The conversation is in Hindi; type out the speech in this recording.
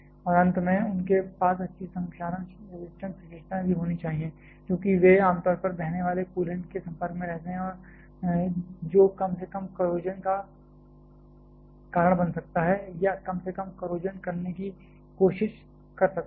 और अंत में उनके पास अच्छी संक्षारण रजिस्टेंस विशेषताएँ भी होनी चाहिए क्योंकि वे आम तौर पर बहने वाले कूलेंट के संपर्क में रहते हैं जो कम से कम कोरोजन का कारण बन सकता है या कम से कम कोरोजन करने की कोशिश कर सकता है